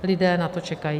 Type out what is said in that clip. Lidé na to čekají.